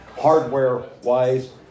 hardware-wise